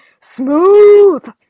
SMOOTH